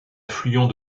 affluent